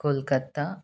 Kolkata